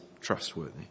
trustworthy